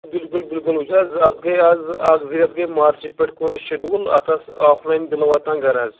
بِلکُل بِلکُل وُچھ حظ اَتھ گٔے اَز اَکھ زٕ رٮ۪تھ گٔے مارچہِ پٮ۪ٹھ کوٚر اَسہِ شیڈوٗل اَتھ ٲس آف لایِن بِلہٕ واتان گَرٕ حظ